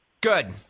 Good